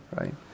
Right